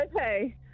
Okay